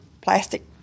plastic